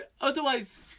otherwise